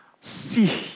see